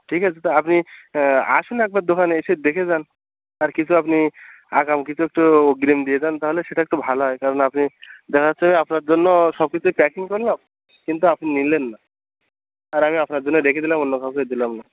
ঠিক আছে তো আপনি আসুন একবার দোকানে এসে দেখে যান আর কিছু আপনি আগাম কিছু একটু অগ্রিম দিয়ে যান তাহলে সেটা একটু ভালো হয় কারণ আপনি দেখা যাচ্ছে আপনার জন্য সব কিছুই প্যাকিং করলাম কিন্তু আপনি নিলেন না আর আমি আপনার জন্য রেখে দিলাম অন্য কাউকে দিলাম না